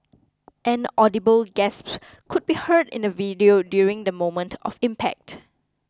an audible gasp could be heard in the video during the moment of impact